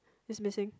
is missing